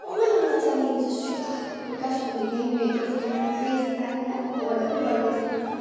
یِمٔے یِمٔے چَلینجِس چھِ اتَھ کَشمیٖری لَنٛگویجَس پٮ۪وان فیس کَرٕنۍ یَتھ ماڈٲرٕنۍ ورلڈس منٛزَ